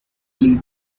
leave